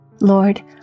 Lord